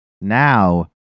now